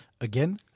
again